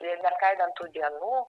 ir neskaidant tų dienų